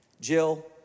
Jill